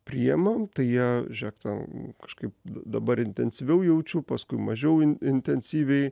priimam tai jie žiūrėk ten kažkaip dabar intensyviau jaučiu paskui mažiau intensyviai